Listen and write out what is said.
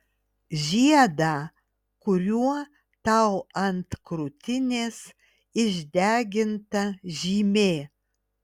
žiedą kuriuo tau ant krūtinės išdeginta žymė